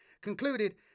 concluded